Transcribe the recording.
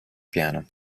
piano